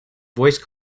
voice